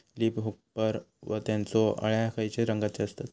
Leaf hopper व त्यानचो अळ्या खैचे रंगाचे असतत?